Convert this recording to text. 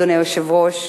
אדוני היושב-ראש,